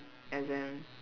exam